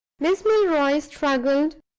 miss milroy struggled,